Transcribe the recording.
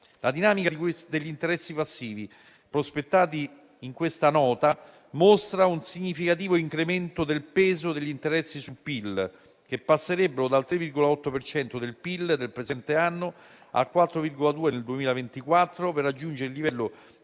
La dinamica degli interessi passivi prospettati in questa Nota mostra un significativo incremento del peso degli interessi sul PIL, che passerebbero dal 3,8 per cento del PIL del presente anno al 4,2 nel 2024, per raggiungere il livello